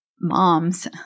moms